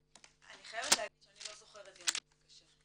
אני חייבת להגיד שאני לא זוכרת דיון כזה קשה.